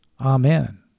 Amen